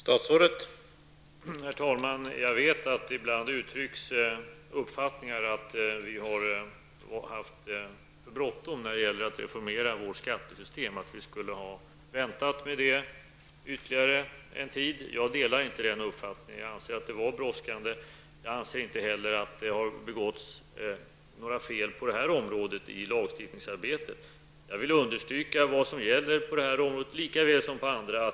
Herr talman! Jag vet att det ibland uttryckts åsikter om att vi haft för bråttom när det gällt att reformera vårt skattesystem och att vi skulle ha väntat med detta ytterligare en tid. Jag delar inte den uppfattningen. Jag anser att det var brådskande. Jag anser dessutom att det inte har begåtts några fel på detta område i lagstiftningsarbetet. Jag vill understryka vad som gäller på detta område lika väl som på andra.